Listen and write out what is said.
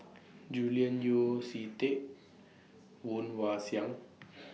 Julian Yeo See Teck Woon Wah Siang